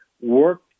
Work